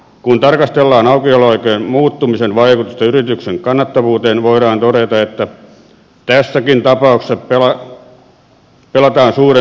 kun tarkastellaan aukioloaikojen muuttumisen vaikutusta yrityksen kannattavuuteen voidaan todeta että tässäkin tapauksessa pelataan suurempien ehdoilla